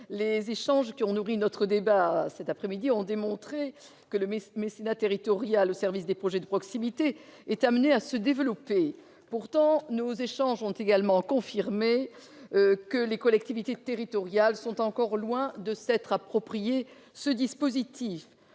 les échanges qui ont nourri notre débat ont démontré que le mécénat territorial au service des projets de proximité est amené à se développer. Ils ont également confirmé le fait que les collectivités territoriales sont encore loin de s'être approprié ce dispositif.